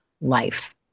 life